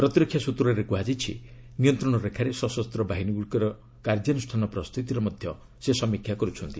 ପ୍ରତିରକ୍ଷା ସୂତ୍ରରେ କୁହାଯାଇଛି ନିୟନ୍ତ୍ରଣ ରେଖାରେ ସଶସ୍ତ ବାହିନୀଗୁଡ଼ିକର କାର୍ଯ୍ୟାନୁଷ୍ଠାନ ପ୍ରସ୍ତୁତିର ମଧ୍ୟ ସେ ସମୀକ୍ଷା କରୁଛନ୍ତି